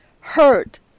hurt